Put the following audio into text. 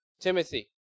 Timothy